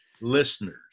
listeners